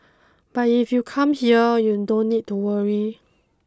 but if you come here you don't need to worry